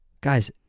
Guys